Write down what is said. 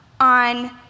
on